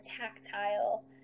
tactile